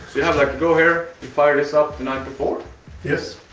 like go here, fire this up the night before yes,